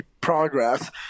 progress